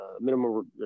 minimum